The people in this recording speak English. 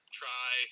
try